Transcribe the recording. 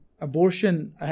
abortion